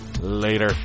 later